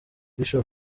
bishop